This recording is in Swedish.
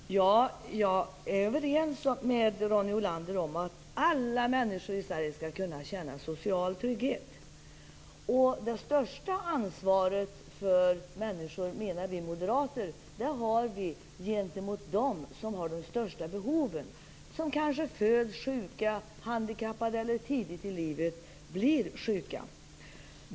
Fru talman! Jag är överens med Ronny Olander om att alla människor i Sverige skall kunna känna social trygghet. Det största ansvaret för människor, menar moderaterna, har vi gentemot dem som har de största behoven, som kanske föds sjuka eller handikappade eller som tidigt i livet blir sjuka.